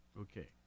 okay